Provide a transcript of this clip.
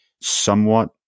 somewhat